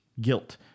guilt